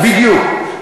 בדיוק.